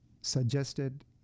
suggested